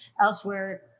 elsewhere